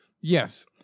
Yes